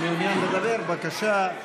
מעוניין לדבר, בבקשה.